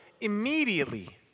immediately